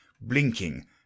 blinking